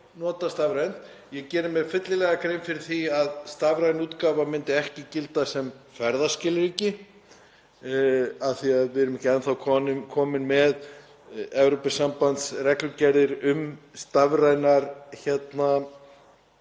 Ég geri mér fyllilega grein fyrir því að stafræn útgáfa myndi ekki gilda sem ferðaskilríki af því að við erum ekki enn þá komin með Evrópusambandsreglugerðir um stafræn